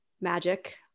magic